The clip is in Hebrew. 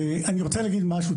ואני רוצה להגיד משהו.